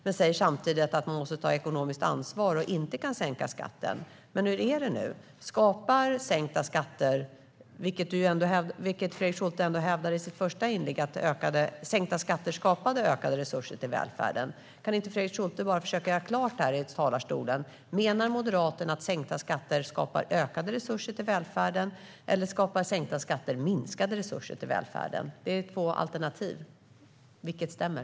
Men han säger samtidigt att man måste ta ekonomiskt ansvar och inte kan sänka skatten. Men hur är det nu? Skapar sänkta skatter ökade resurser till välfärden? Fredrik Schulte hävdade ändå i sitt första inlägg att sänkta skatter skapar ökade resurser till välfärden. Kan inte Fredrik Schulte bara försöka klargöra detta i talarstolen. Menar Moderaterna att sänkta skatter skapar ökade resurser till välfärden eller minskade resurser till välfärden? Det är två alternativ. Vilket stämmer?